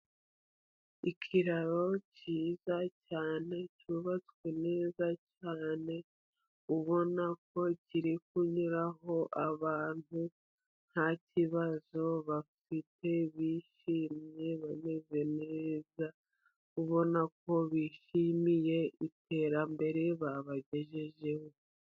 Ikiraro cyiza cyane cyubatswe neza cyane, ubona ko kiri kunyuraho abantu ntaki kibazo bafite, bishimye bamwe bameze neza, ubona ko bishimiye iterambere babagejejeho.